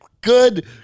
good